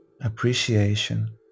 appreciation